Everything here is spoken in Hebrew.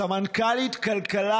סמנכ"לית כלכלה